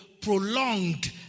prolonged